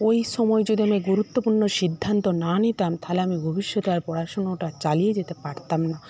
ওই সময়ে যদি আমি গুরুত্বপূর্ণ সিদ্ধান্ত না নিতাম তাহলে আমি ভবিষ্যতে আর পড়াশুনোটা চালিয়ে যেতে পারতাম না